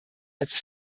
als